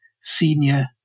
senior